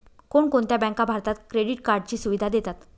कोणकोणत्या बँका भारतात क्रेडिट कार्डची सुविधा देतात?